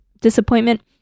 disappointment